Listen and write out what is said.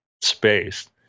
Space